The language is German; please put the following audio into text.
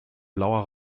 blauer